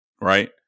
Right